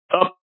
up